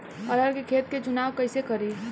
अरहर के खेत के चुनाव कईसे करी?